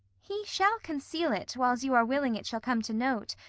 he shall conceal it whiles you are willing it shall come to note,